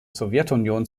sowjetunion